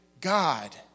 God